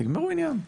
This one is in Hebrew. תגמרו עניין,